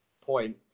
point